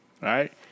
right